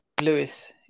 Lewis